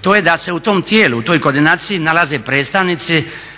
to je da se u tom tijelu, u toj koordinaciji nalaze predstavnici